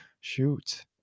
Shoot